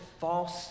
false